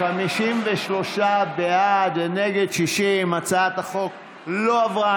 53 בעד, נגד, 60. הצעת החוק לא עברה.